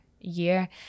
year